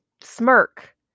smirk